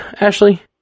Ashley